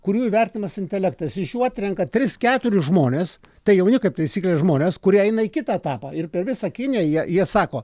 kurių įvertinas intelektas iš jų atrenka tris keturis žmones tai jauni kaip taisyklė žmonės kurie eina į kitą etapą ir per visą kiniją jie jie sako